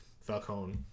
Falcone